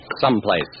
someplace